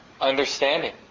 understanding